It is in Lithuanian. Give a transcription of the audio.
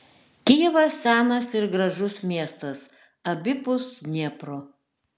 kijevas senas ir gražus miestas abipus dniepro